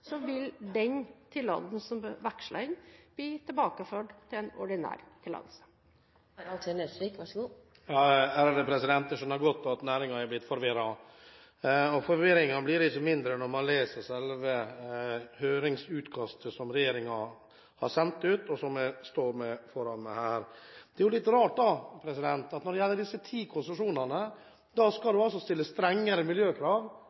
vil den tillatelsen som ble vekslet inn, bli tilbakeført til en ordinær tillatelse. Jeg skjønner godt at næringen er blitt forvirret, og forvirringen blir ikke mindre når man leser selve høringsutkastet som regjeringen har sendt ut, og som jeg står med foran meg her. Det er jo litt rart at det for disse ti konsesjonene skal stilles strengere miljøkrav